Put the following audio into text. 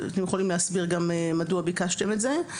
אתם יכולים להסביר גם מדוע ביקשתם את זה.